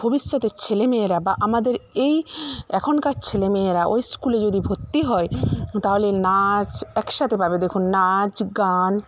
ভবিষ্যতের ছেলে মেয়েরা বা আমাদের এই এখনকার ছেলে মেয়েরা ওই স্কুলে যদি ভর্তি হয় তাহলে নাচ এক সাথে পাবে দেখুন নাচ গান